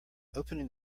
opening